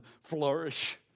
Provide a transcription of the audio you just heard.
flourish